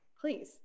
Please